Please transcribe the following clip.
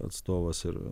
atstovas ir